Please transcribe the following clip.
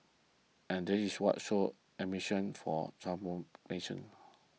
and that is what sows ambition for transformation